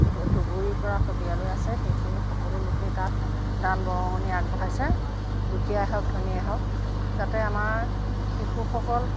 ধুবুৰীৰ পৰা শদিয়ালৈ আছে সেইখিনি সকলো লোকেই তাত দান বৰঙণি আগবঢ়াইছে দুখীয়াই হওক ধনীয়েই হওক যাতে আমাৰ শিশুসকল